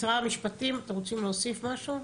משרד המשפטים, אתם רוצים להוסיף משהו?